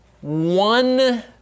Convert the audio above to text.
one